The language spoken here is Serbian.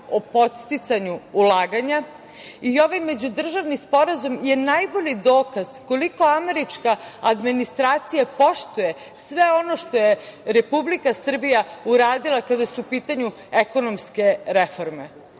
o podsticanju ulaganja i ovaj međudržavni sporazum je najbolji dokaz koliko američka administracija poštuje sve ono što je Republika Srbija uradila kada su u pitanju ekonomske reforme.